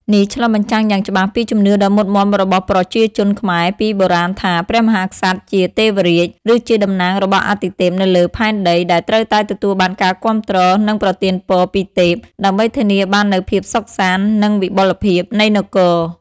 នេះឆ្លុះបញ្ចាំងយ៉ាងច្បាស់ពីជំនឿដ៏មុតមាំរបស់ប្រជាជនខ្មែរពីបុរាណថា ព្រះមហាក្សត្រជា ទេវរាជ ឬជាតំណាងរបស់អាទិទេពនៅលើផែនដី ដែលត្រូវតែទទួលបានការគាំទ្រ និងប្រទានពរពីទេព ដើម្បីធានាបាននូវភាពសុខសាន្ត និងវិបុលភាពនៃនគរ។